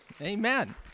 Amen